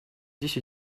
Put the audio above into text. здесь